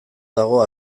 dago